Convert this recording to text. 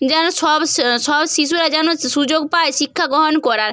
যেন সব সব শিশুরা যেন সুযোগ পায় শিক্ষা গ্রহণ করার